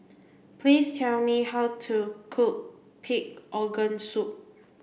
please tell me how to cook pig organ soup